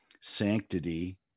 sanctity